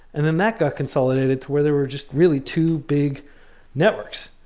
and then, that got consolidated to where there were just, really, two big networks.